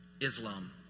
Islam